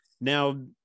now